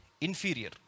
inferior